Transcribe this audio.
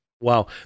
Wow